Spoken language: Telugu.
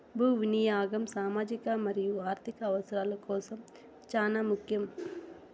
భూ వినియాగం సామాజిక మరియు ఆర్ధిక అవసరాల కోసం చానా ముఖ్యం